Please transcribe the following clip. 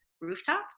rooftop